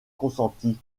consenti